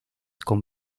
con